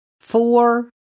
four